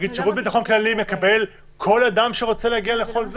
שירות הביטחון הכללי מקבל כל אדם שרוצה להגיע אליו?